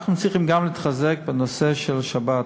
אנחנו צריכים גם להתחזק בנושא של השבת.